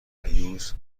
هیوز